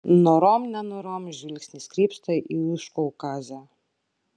norom nenorom žvilgsnis krypsta į užkaukazę